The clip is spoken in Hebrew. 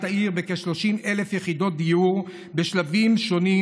העיר: כ-30,000 יחידות דיור בשלבים שונים,